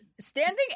Standing